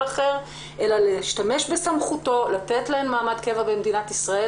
אחר אלא להשתמש בסמכותו לתת להן מעמד קבע במדינת ישראל